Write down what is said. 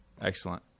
excellent